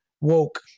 woke